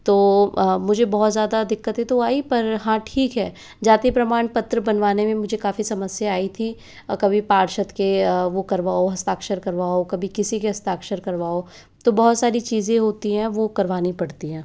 तो मुझे बहुत ज़्यादा दिक्कतें तो आई पर हाँ ठीक है जाति प्रमाण पत्र बनवाने में मुझे काफ़ी समस्या आई थी कभी पार्षद के वो करवाओ हस्ताक्षर करवाओ कभी किसी के हस्ताक्षर करवाओ तो बहुत सारी चीज़ें होती हैं वो करवानी पड़ती है